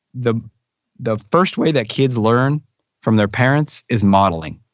the the first way that kids learn from their parents is modeling.